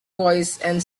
voicesand